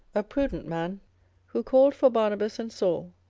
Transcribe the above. a prudent man who called for barnabas and saul,